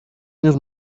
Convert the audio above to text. años